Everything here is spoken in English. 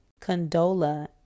Condola